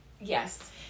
Yes